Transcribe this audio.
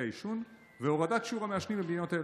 העישון והורדת שיעור המעשנים במדינות אלו.